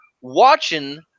watching